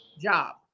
job